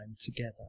together